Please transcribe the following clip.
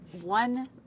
one